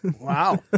Wow